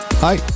Hi